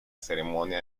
ceremonia